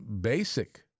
basic